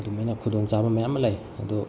ꯑꯗꯨꯃꯥꯏꯅ ꯈꯨꯗꯣꯡ ꯆꯥꯕ ꯃꯌꯥꯝ ꯑꯃ ꯂꯩ ꯑꯗꯨ